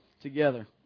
together